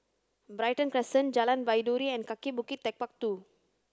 Brighton Crescent Jalan Baiduri and Kaki Bukit Techpark Two